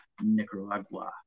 Nicaragua